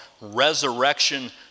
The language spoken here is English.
Resurrection